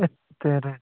ଏତେ ରେଟ୍